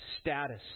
status